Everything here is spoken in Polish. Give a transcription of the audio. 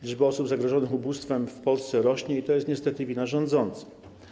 Liczba osób zagrożonych ubóstwem w Polsce rośnie i to jest niestety wina rządzących.